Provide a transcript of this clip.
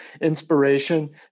inspiration